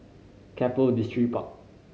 Keppel Distripark